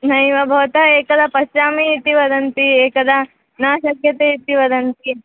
नैव भवन्तः एकदा पश्यामि इति वदन्ति एकदा न शक्यते इति वदन्ति